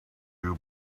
you